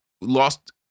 Lost